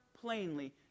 plainly